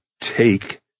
take